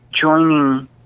joining